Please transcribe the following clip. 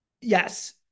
Yes